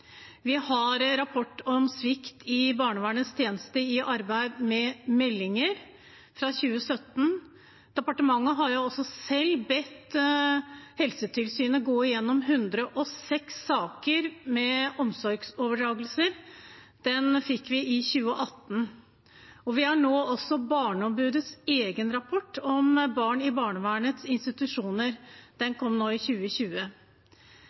vi har rapporten fra 2017 om svikt i barnevernets tjeneste i arbeid med meldinger. Departementet har også selv bedt Helsetilsynet gå gjennom 106 saker med omsorgsoverdragelse – den rapporten fikk vi i 2019 – og vi har Barneombudets egen rapport om barn i barnevernsinstitusjoner, som kom nå i 2020.